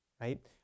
right